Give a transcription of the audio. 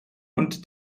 und